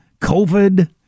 COVID